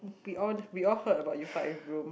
we all we all heard about your fight with Rome